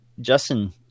Justin